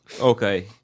Okay